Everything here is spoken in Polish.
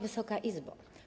Wysoka Izbo!